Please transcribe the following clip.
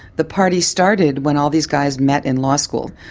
the party started when all these guys met in law school.